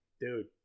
dude